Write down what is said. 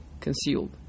concealed